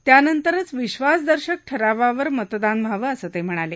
त्यानंतरच विश्वासदर्शक ठरावावर मतदान व्हावं असं ते म्हणाले